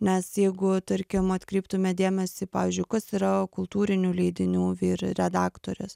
nes jeigu tarkim atkreiptume dėmesį pavyzdžiui kas yra kultūrinių leidinių vyr redaktorės